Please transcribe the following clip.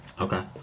Okay